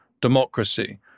democracy